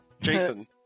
Jason